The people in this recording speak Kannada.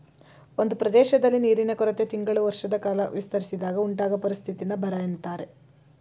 ಒಂದ್ ಪ್ರದೇಶ್ದಲ್ಲಿ ನೀರಿನ ಕೊರತೆ ತಿಂಗಳು ವರ್ಷದಕಾಲ ವಿಸ್ತರಿಸಿದಾಗ ಉಂಟಾಗೊ ಪರಿಸ್ಥಿತಿನ ಬರ ಅಂತಾರೆ